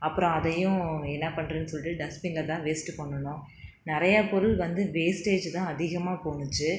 அப்புறம் அதையும் என்ன பண்ணுறதுனு சொல்லிட்டு டஸ்ட்பின்னில் தான் வேஸ்ட்டு பண்ணுனோம் நிறையா பொருள் வந்து வேஸ்ட்டேஜ் தான் அதிகமாக போணுச்சு